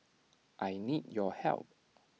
I need your help